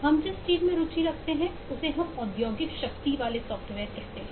हम जिस चीज में रुचि रखते हैं उसे हम औद्योगिक शक्ति सॉफ्टवेयर कहते हैं